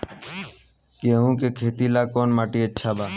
गेहूं के खेती ला कौन माटी अच्छा बा?